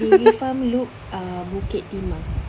dairy farm look uh bukit timah